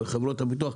חברות הביטוח,